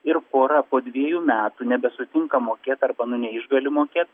ir pora po dviejų metų nebesutinka mokėt arba nu neišgali mokėt